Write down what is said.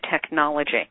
technology